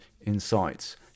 insights